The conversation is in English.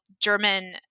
German